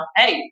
hey